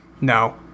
No